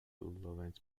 laurent